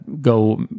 go